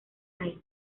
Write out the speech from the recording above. rey